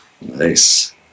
Nice